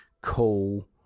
cool